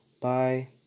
Bye